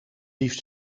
liefst